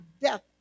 death